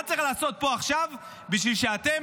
מה צריך לעשות פה עכשיו בשביל שאתם